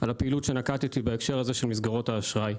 על הפעילות שנקטתי בהקשר הזה של מסגרות האשראי.